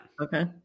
Okay